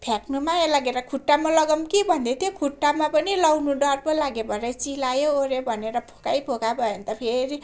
फ्याँक्नु माया लागेर खुट्टामा लगाऊँ कि भन्दैथेँ खुट्टामा पनि लगाउनु डर पो लाग्यो भरे चिलायोओर्यो भनेर फोकैफोका भयो भने त फेरि